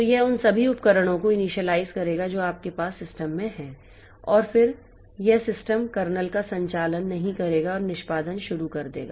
तो यह उन सभी उपकरणों को इनिशियलाइज़ करेगा जो आपके पास सिस्टम में हैं और फिर यह सिस्टम कर्नेल का संचालन नहीं करेगा और निष्पादन शुरू कर देगा